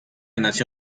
nació